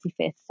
25th